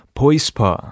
poispa